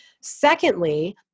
Secondly